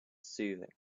soothing